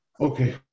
Okay